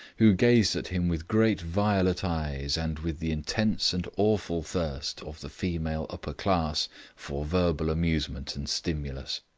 who gazed at him with great violet eyes and with the intense and awful thirst of the female upper class for verbal amusement and stimulus.